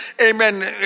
Amen